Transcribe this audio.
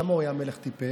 למה הוא היה מלך טיפש?